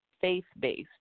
faith-based